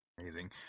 amazing